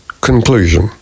Conclusion